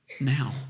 now